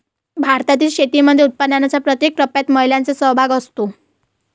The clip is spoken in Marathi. भारतातील शेतीमध्ये उत्पादनाच्या प्रत्येक टप्प्यात महिलांचा सहभाग असतो